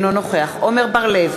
אינו נוכח עמר בר-לב,